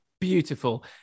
beautiful